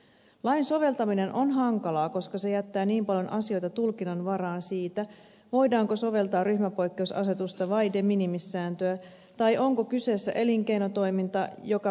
lain soveltaminen on hankalaa koska se jättää niin paljon asioita tulkinnan varaan siitä voidaanko soveltaa ryhmäpoikkeusasetusta vai de minimis sääntöä tai onko kyseessä elinkeinotoiminta joka vääristää kilpailua